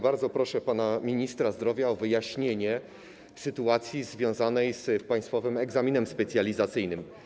Bardzo proszę pana ministra zdrowia o wyjaśnienie sytuacji związanej z państwowym egzaminem specjalizacyjnym.